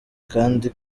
kandi